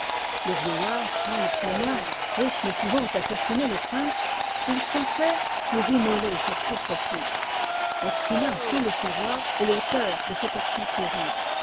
le vieillard prend le poignard et ne pouvant assassiner le prince il s'en sert pour immoler sa propre fille orsina sans le savoir est l'auteur de cette action terrible